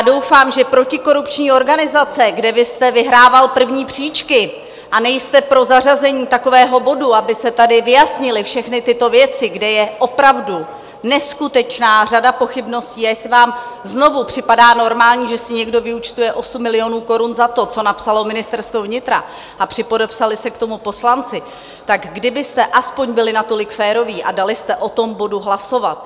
Doufám, že protikorupční organizace, kde vy jste vyhrával první příčky, a nejste pro zařazení takového bodu, aby se tady vyjasnily všechny tyto věci, kde je opravdu neskutečná řada pochybností, a jestli vám znovu připadá normální, že si někdo vyúčtuje 8 milionů korun za to, co napsalo Ministerstvo vnitra a připodepsali se k tomu poslanci, tak kdybyste alespoň byli natolik féroví a dali jste o tom bodu hlasovat.